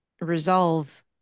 Resolve